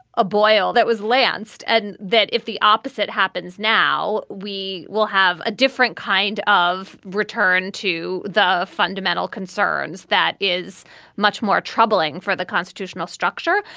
a boil that was lanced and that if the opposite happens now, we will have a different kind of return to the fundamental concerns that is much more troubling for the constitutional structure.